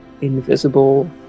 invisible